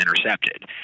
intercepted